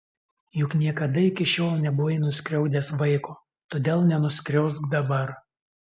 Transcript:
juk niekada iki šiol nebuvai nuskriaudęs vaiko todėl nenuskriausk dabar